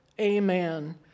Amen